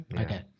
okay